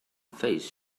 face